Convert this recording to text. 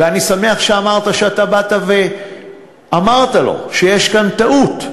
ואני שמח שאמרת שאתה באת ואמרת לו שיש כאן טעות,